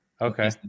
Okay